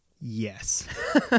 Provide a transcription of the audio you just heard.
Yes